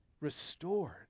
restored